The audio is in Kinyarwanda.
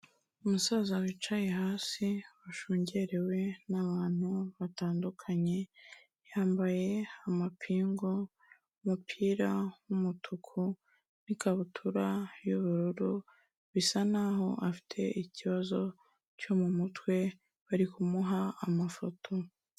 Umusaza wicaye hasi, washungerewe n'abantu batandukanye, yambaye amapingu, umupira w'umutuku n'ikabutura y'ubururu, bisa n'aho afite ikibazo cyo mu mutwe, bari kumuha amafoto.